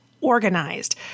organized